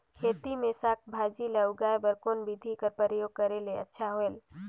खेती मे साक भाजी ल उगाय बर कोन बिधी कर प्रयोग करले अच्छा होयल?